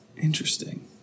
Interesting